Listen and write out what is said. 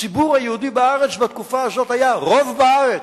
הציבור היהודי בארץ בתקופה הזאת היה רוב בארץ.